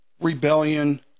rebellion